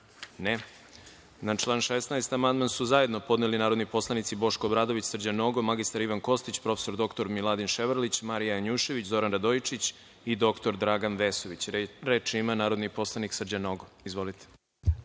(Ne)Na član 16. amandman su zajedno podneli narodni poslanici Boško Obradović, Srđan Nogo, mr Ivan Kostić, prof. dr Miladin Ševrlić, Marija Janjušević, Zoran Radojčić i dr Dragan Vesović. Reč ima narodni poslanik Srđan Nogo. Izvolite.